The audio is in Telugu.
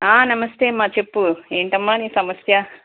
ఆ నమస్తే మా చెప్పు ఏంటమ్మా నీ సమస్య